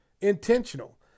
Intentional